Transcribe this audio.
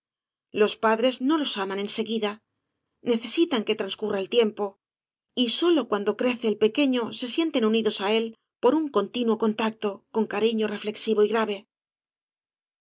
los padres no los aman en seguida necesitan que transcurra el tiempo y sólo cuando crece el pequeño se sienten unidos á éi por un continuo contacto con cariño reflexivo y grave